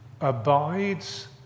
abides